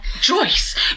Joyce